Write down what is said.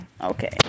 Okay